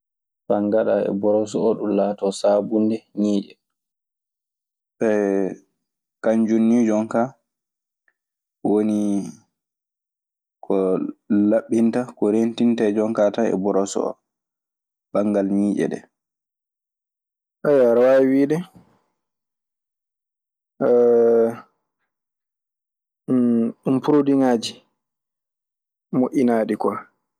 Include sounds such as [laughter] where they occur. Faa ngaɗa e boros oo ɗum laatoo saabunnde ñiiƴe. [hesitation] kanjun nii jon kaa woni ko laɓɓinta. Ko reentinta e jon kaa tan e boroos oo banngal ƴiiƴe ɗee. [hesitation] Aɗe waawi wiide [hesitation] ɗun porodiiŋaaji moƴƴinaaɗi kwa.